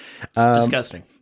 disgusting